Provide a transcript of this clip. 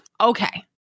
okay